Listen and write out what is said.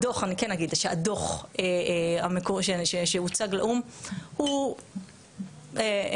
אני כן אגיד שהדוח שהוצג לאו"ם הוא יפה,